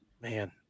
man